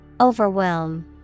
Overwhelm